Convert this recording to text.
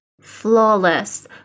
Flawless